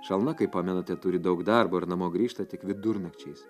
šalna kaip pamenate turi daug darbo ir namo grįžta tik vidurnakčiais